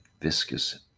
viscous